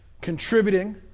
Contributing